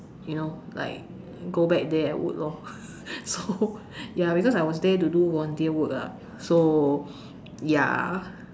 you know like go back there I would lor so ya I was there to do volunteer work lah so ya